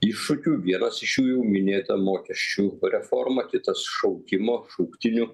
iššūkių vienas iš jų jau minėta mokesčių reforma kitas šaukimo šauktinių